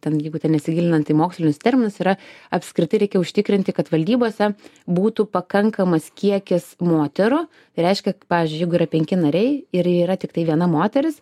ten jeigu ten nesigilinant į mokslinius terminus yra apskritai reikia užtikrinti kad valdybose būtų pakankamas kiekis moterų reiškia pavyzdžiui jeigu yra penki nariai ir yra tiktai viena moteris